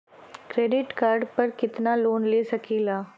Credit card पर कितनालोन ले सकीला?